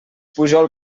pujol